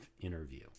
interview